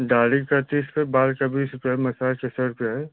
दाढ़ी का तीस रुपये बाल का बीस रुपये मसाज का सौ रुपये है